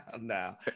now